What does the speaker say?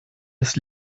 des